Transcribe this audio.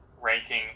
ranking